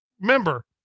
remember